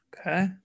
Okay